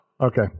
Okay